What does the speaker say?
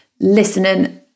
listening